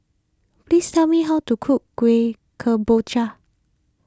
please tell me how to cook Kueh Kemboja